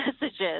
messages